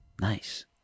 Nice